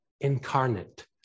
incarnate